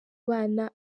bana